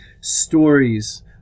stories